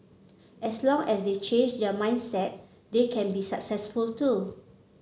as long as they change their mindset they can be successful too